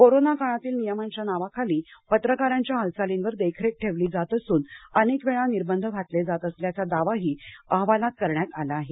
corona काळातील नियमांच्या नावाखाली पत्रकारांच्या हालचालींवर देखरेख ठेवली जात असून अनेक वेळा निर्बंध घातले जात असल्याचा दावाही अहवालात करण्यात आला आहे